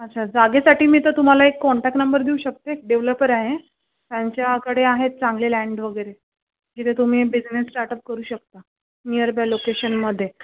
अच्छा जागेसाठी मी तर तुम्हाला एक काँटेक्ट नंबर देऊ शकते एक डेव्हलपर आहे त्यांच्याकडे आहेत चांगले लँड वगैरे जिथे तुम्ही बिजनेस स्टार्टप करू शकता निअरबाय लोकेशनमध्ये